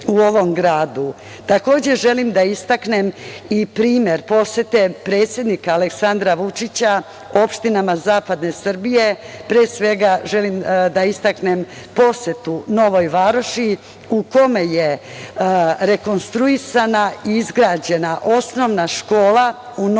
gradu. Takođe, želim da istaknem i primer posete predsednika Aleksandra Vučića opštinama zapadne Srbije. Pre svega želim da istaknem posetu Novoj Varoši u kome je rekonstruisana i izgrađena osnovna škola u Novoj